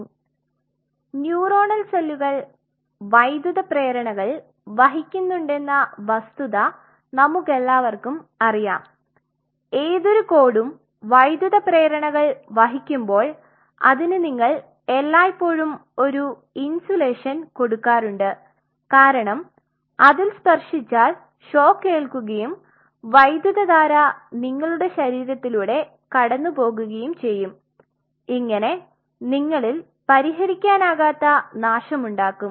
അതിനാൽ ന്യൂറോണൽ സെല്ലുകൾ വൈദ്യുത പ്രേരണകൾ വഹിക്കുന്നുണ്ടെന്ന വസ്തുത നമുക്കെല്ലാവർക്കും അറിയാം ഏതൊരു കോർഡും വൈദ്യുത പ്രേരണകൾ വഹിക്കുമ്പോൾ അതിന് നിങ്ങൾ എല്ലായ്പ്പോഴും ഒരു ഇൻസുലേഷൻ കൊടുക്കാറുണ്ട് കാരണം അതിൽ സ്പർശിച്ചാൽ ഷോക്ക് ഏൽക്കുകയും വൈദ്യുതധാര നിങ്ങളുടെ ശരീരത്തിലൂടെ കടന്നുപോകുകയും ചെയ്യും ഇങ്ങനെ നിങ്ങളിൽ പരിഹരിക്കാനാകാത്ത നാശമുണ്ടാകും